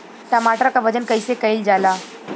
टमाटर क वजन कईसे कईल जाला?